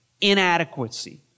inadequacy